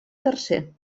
tercer